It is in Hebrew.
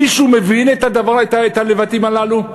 מישהו מבין את הלבטים הללו?